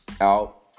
Out